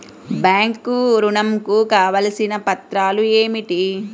Bank ఋణం కు కావలసిన పత్రాలు ఏమిటి?